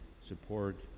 support